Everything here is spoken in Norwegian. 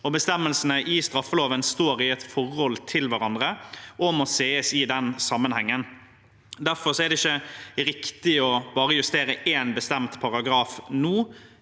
og bestemmelsene i straffeloven står i et forhold til hverandre og må ses i den sammenhengen. Derfor er det ikke riktig å justere bare én bestemt paragraf nå